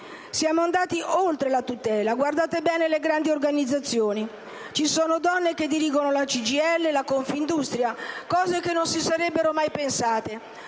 Siamo andati oltre la norma di tutela. Guardate bene le grandi organizzazioni: ci sono donne che dirigono la CGIL e la Confindustria, cose che non si sarebbero mai pensate.